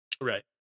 Right